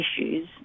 issues